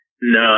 No